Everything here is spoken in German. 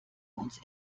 uns